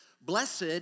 Blessed